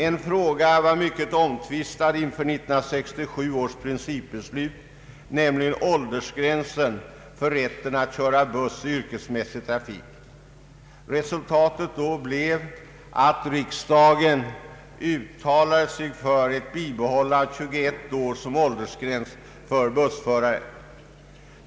En fråga var mycket omtvistad inför 1967 års principbeslut, nämligen åldersgränsen för rätten att köra buss i yrkesmässig trafik. Resultatet då blev att riksdagen uttalade sig för ett bibehållande av 21 år som åldersgräns för bussförare.